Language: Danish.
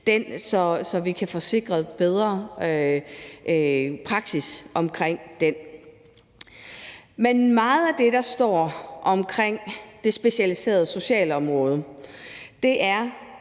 så vi kan få sikret en bedre praksis omkring den. Men meget af det, der står omkring det specialiserede socialområde, er,